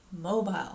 mobile